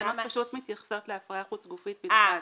התקנות פשוט מתייחסות להפריה חוץ גופית בלבד.